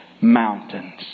mountains